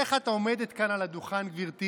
איך את עומדת כאן על הדוכן, גברתי,